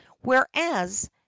whereas